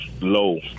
low